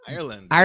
Ireland